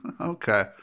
Okay